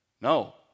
No